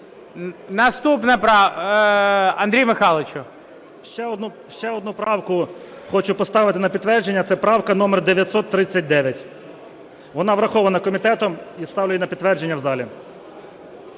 Наступна. Андрій Михайлович. 12:57:05 ГЕРУС А.М. Ще одну правку хочу поставити на підтвердження – це правка номер 939. Вона врахована комітетом, і ставлю її на підтвердження в залі.